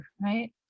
right